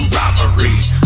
robberies